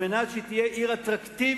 כדי שהיא תהיה עיר אטרקטיבית